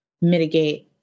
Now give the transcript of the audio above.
mitigate